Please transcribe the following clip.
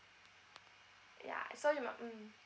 ya so you must mm